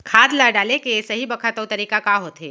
खाद ल डाले के सही बखत अऊ तरीका का होथे?